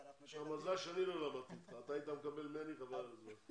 אנחנו פה מתבלבלים הרבה פעמים בניסוח,